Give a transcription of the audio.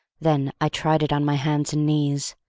then i tried it on my hands and knees,